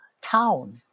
town